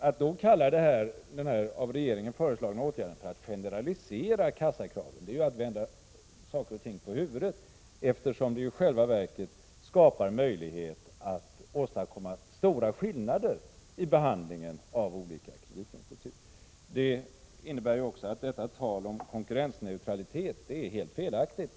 Att då kalla den av regeringen föreslagna åtgärden för att generalisera kassakraven är ju att vända saker och ting på huvudet, eftersom det i själva verket skapar möjlighet att åstadkomma stora skillnader i behandlingen av olika kreditinstitut. Detta innebär också att talet om konkurrensneutralitet är helt felaktigt.